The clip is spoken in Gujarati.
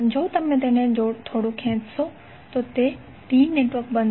જો તમે તેને થોડુ ખેંચશો તો તે T નેટવર્ક બનશે